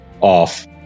off